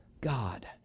God